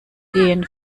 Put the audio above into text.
gehen